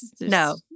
No